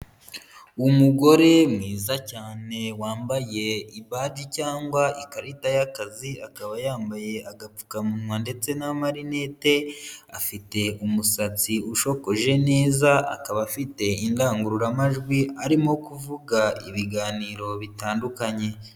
Umugore mwiza cyane wambaye ibaji cyangwa ikarita y'akazi, akaba yambaye agapfukamunwa ndetse n'amarinete, afite umusatsi ushokoje neza akaba afite indangururamajwi arimo kuvuga ibiganiro bitandukanye.